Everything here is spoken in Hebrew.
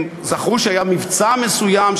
הם זכרו שהיה מבצע מסוים,